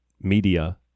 media